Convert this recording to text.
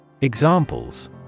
Examples